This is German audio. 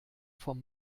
vom